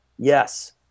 Yes